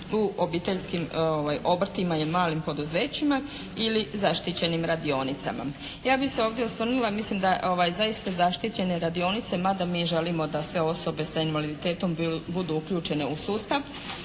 u obiteljskim obrtima i malim poduzećima ili zaštićenim radionicama. Ja bih se ovdje osvrnula, mislim da zaista zaštićene radionice mada mi želimo da se osobe sa invaliditetom budu uključene u sustav,